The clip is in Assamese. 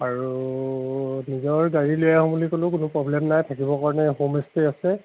আৰু নিজৰ গাড়ী লৈ আহো বুলি ক'লেও কোনো প্ৰব্লেম নাই থাকিবৰ কাৰণে হোম ষ্টে আছে